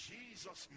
Jesus